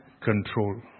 control